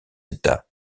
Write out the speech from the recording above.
état